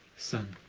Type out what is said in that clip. son,